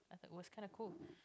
I thought it was kind of cool